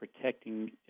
protecting